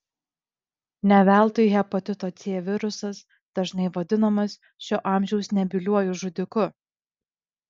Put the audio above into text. ne veltui hepatito c virusas dažnai vadinamas šio amžiaus nebyliuoju žudiku